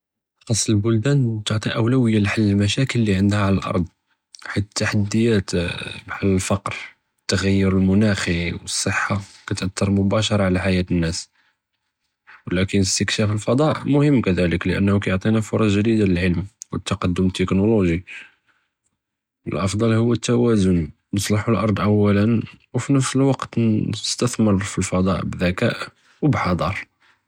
ח׳אס אלבֻּלדאן תְעְטִי אוּלוִיָּה לִחַל אלמְשַאכֶּל לִי עַנְדְהַא עַלַא לארד, חִית אלתַחַדִּיַאת בְּחַאל אלפַקְר, תְע׳יַיֻּר אלמֻנַאכִי וַאלצִחַּה כִּתְאַתִּר מֻבַּאשַרַה עַלַא חַיַאת אֶנָאס, וַלַכִּן אִסְתִכְשַאפ אלפְדַ'א מֻהִם כִּדַאלֶכּ לִאנַה כִּיְעְטִינַא פֻרַצ גְ׳דִידַה לִלְעִלְם, וַאלְתַקַדֻּם אלתִכְּנֻלוֹגִ׳י, אלאַפְצַל הֻוַא אלתַוַאזֻן, נְצַלְּחוּ לארד אוַּלַא, וּפִי נַפְס אלְוַקְת נְסְתַ׳מְרוּ פִי אלפְדַ'א בִּדִכַּא וּבִּחַ׳דַר.